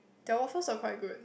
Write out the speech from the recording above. their waffles are quite good